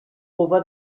over